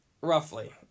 roughly